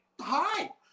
hi